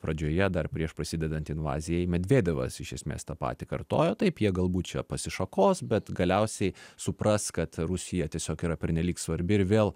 pradžioje dar prieš prasidedant invazijai medvedevas iš esmės tą patį kartojo taip jie galbūt čia pasišakos bet galiausiai supras kad rusija tiesiog yra pernelyg svarbi ir vėl